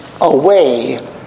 away